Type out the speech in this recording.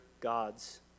god's